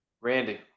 Randy